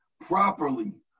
properly